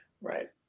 Right